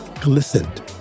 glistened